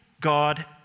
God